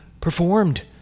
performed